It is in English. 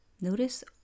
Notice